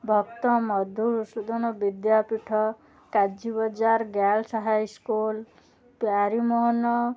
Bhakta Madhusudan Vidyapith Kajubazar girls high school Pyarimohan